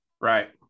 right